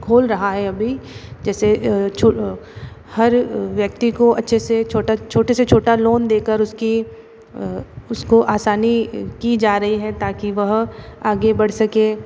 खोल रहा है अभी जैसे हर व्यक्ति को अच्छे से छोटा छोटे से छोटा लोन दे कर उसकी उसको आसानी की जा रही है ताकि वह आगे बढ़ सके